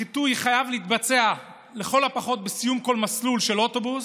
החיטוי חייב להתבצע לכל הפחות בסיום כל מסלול של אוטובוס,